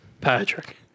Patrick